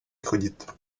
chodit